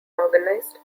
organized